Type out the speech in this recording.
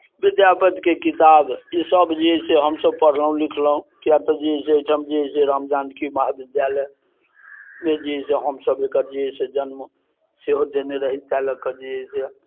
विद्यापतिके किताब ईसभ जे अइ से हमसभ पढ़लहुँ लिखलहुँ कियाक तऽ जे अइ से एहिठाम जे अइ से राम जानकी महाविद्यालयमे जे अइ से हमसभ एकर जे अइ से जन्म सेहो देने रही ताहि लऽ कऽ जे अइ से